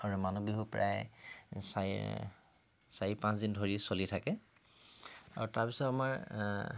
আৰু মানুহ বিহু প্ৰায় চাৰি চাৰি পাঁচদিন ধৰি চলি থাকে আৰু তাৰপাছত আমাৰ